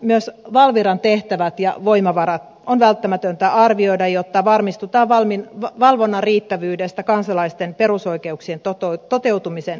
myös valviran tehtävät ja voimavarat on välttämätöntä arvioida jotta varmistutaan valvonnan riittävyydestä kansalaisten perusoikeuksien toteutumisen kannalta